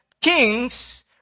kings